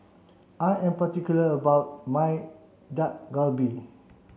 I am particular about my Dak Galbi